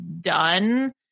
done